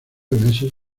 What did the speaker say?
meses